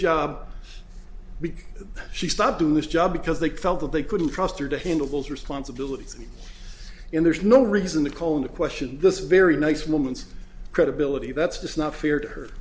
because she stopped to this job because they felt that they couldn't trust her to handle those responsibilities in there's no reason to call into question this very nice woman's credibility that's just not fair to her